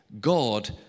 God